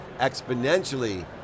exponentially